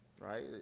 right